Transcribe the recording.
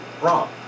wrong